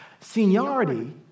seniority